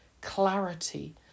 clarity